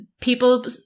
people